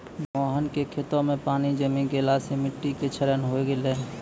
मोहन के खेतो मॅ पानी जमी गेला सॅ मिट्टी के क्षरण होय गेलै